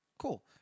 Cool